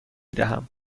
دهم